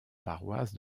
paroisse